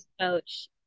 coach